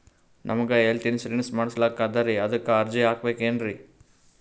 ನಮಗ health insurance ಮಾಡಸ್ಲಾಕ ಅದರಿ ಅದಕ್ಕ ಅರ್ಜಿ ಹಾಕಬಕೇನ್ರಿ?